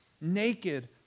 Naked